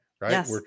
right